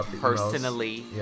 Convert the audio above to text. personally